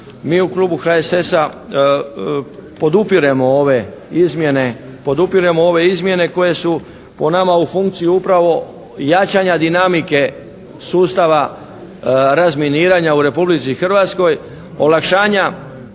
mi u klubu HSS-a podupiremo ove izmjene koje su po nama u funkciji upravo jačanja dinamike sustava razminiranja u Republici Hrvatskoj, olakšanja